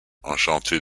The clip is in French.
enchantée